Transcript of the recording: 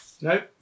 Nope